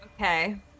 Okay